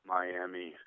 Miami